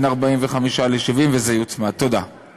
הועברה אלי תשובה של היועץ המשפטי שדיברה על 70 יום.